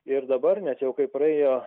ir dabar net jau kai praėjo